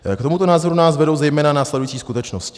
K tomuto názoru nás vedou zejména následující skutečnosti.